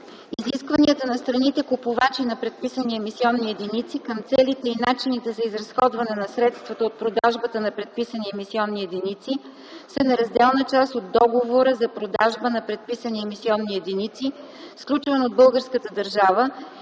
Изискванията на страните-купувачи на предписани емисионни единици, към целите и начините за изразходване на средствата от продажбата на предписани емисионни единици са неразделна част от Договора за продажба на предписани емисионни единици, сключван от българската държава,